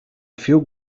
feel